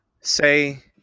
say